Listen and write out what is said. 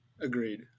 Agreed